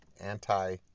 Anti